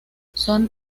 son